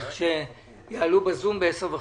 שיעלו בזום ב-10:30.